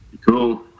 cool